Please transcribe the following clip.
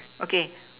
okay